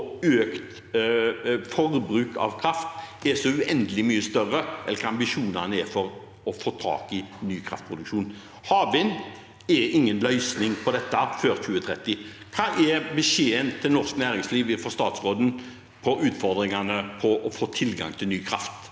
økt forbruk av kraft er så uendelig mye større enn ambisjonene for å få ny kraftproduksjon. Havvind er ingen løsning på dette før 2030. Hva er beskjeden til norsk næringsliv fra statsråden på utfordringene med å få tilgang til ny kraft?